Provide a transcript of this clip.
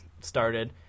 started